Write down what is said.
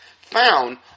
found